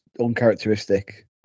uncharacteristic